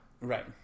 Right